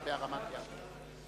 נתקבלה.